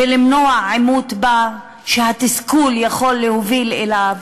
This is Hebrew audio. ולמנוע, עימות שהתסכול יכול להוביל אליו.